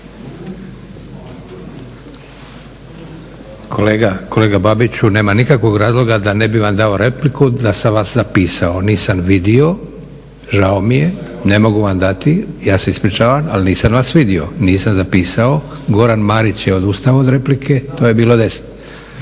Kolega Babiću, nema nikakvog razloga da ne bih vam dao repliku da sam vas zapisao. Nisam vidio, žao mi je. Ne mogu vam dati. Ja se ispričavam, ali nisam vas vidio. Nisam zapisao. Goran Marić je odustao od replike to je bilo 10.